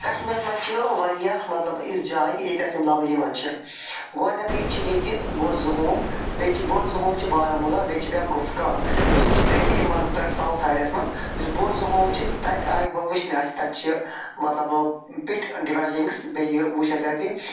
کَشمیٖرَس منٛز چھِ واریاہ مطلب یِژھ جایہِ ییٚتہِ اَسہِ یِم لَبنہٕ یِوان چھِ گۄڈٕنٮ۪تھٕے چھِ ییٚتہِ بٕرزٕہوم بیٚیہِ چھِ بٕرزٕہوم چھِ بارہمولہ بیٚیہِ چھِ بیٛاکھ گۄپھ کرٛال یِتہِ چھِ تٔتی مطلب تَمہِ ساوُتھ سایڈَس منٛز یُس بٕرزٕہوم چھِ تَتہِ آیہِ وۄنۍ وٕچھنہٕ آسہِ تَتہِ چھِ مطلب پِٹ ڈِوَٮ۪لِنٛگٕس بیٚیہِ وٕچھ اَسہِ اَتہِ